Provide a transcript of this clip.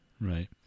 right